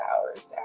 hours